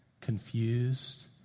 confused